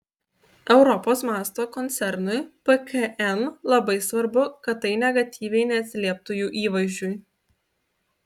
europos mąsto koncernui pkn labai svarbu kad tai negatyviai neatsilieptų jo įvaizdžiui